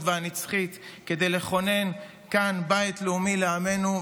והנצחית כדי לכונן כאן בית לאומי לעמינו,